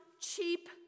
cheap